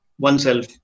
oneself